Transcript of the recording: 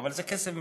זה כסף מחויב.